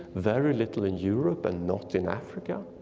very little in europe and not in africa.